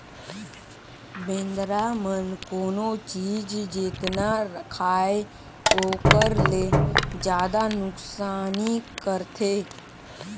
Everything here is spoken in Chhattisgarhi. बेंदरा मन कोनो चीज जेतना खायें ओखर ले जादा नुकसानी करथे